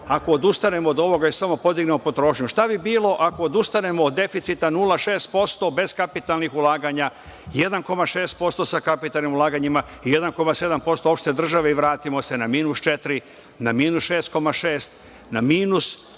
ako odustanemo od ovoga i samo podignemo potrošnju? Šta bi bilo ako odustanemo od deficita 0,6% beskapitalnih ulaganja, 1,6% sa kapitalnim ulaganjima i 1,7% opšte države i vratimo se na -4, na -6,6, na minus,